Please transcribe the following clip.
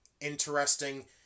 interesting